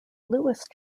lewis